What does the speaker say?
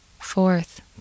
fourth